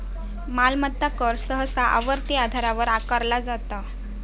मालमत्ता कर सहसा आवर्ती आधारावर आकारला जाता